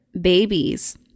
babies